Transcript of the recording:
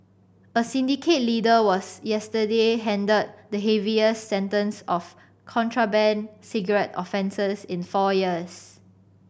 a syndicate leader was yesterday handed the heaviest sentence of contraband cigarette offences in four years